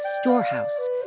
storehouse